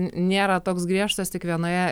nėra toks griežtas tik vienoje